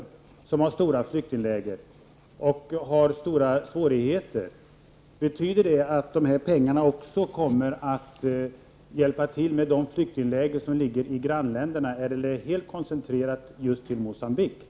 Dessa länder har stora flyktingläger och stora svårigheter. Kommer dessa pengar att hjälpa även de flyktingläger som ligger i grannländerna, eller är de helt koncentrerade just till Mogambique?